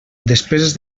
despeses